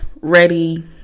ready